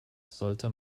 sollte